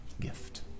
gift